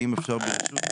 ואם אפשר ברשות שלי,